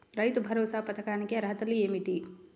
రైతు భరోసా పథకానికి అర్హతలు ఏమిటీ?